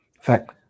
fact